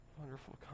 wonderful